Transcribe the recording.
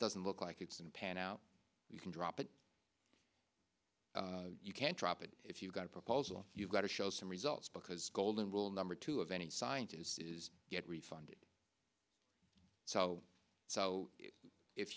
doesn't look like it's in pan out you can drop it you can't drop it if you've got a proposal you've got to show some results because golden rule number two of any scientist is get refund so